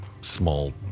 small